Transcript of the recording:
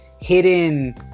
hidden